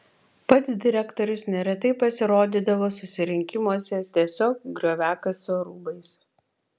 pats direktorius neretai pasirodydavo susirinkimuose tiesiog grioviakasio rūbais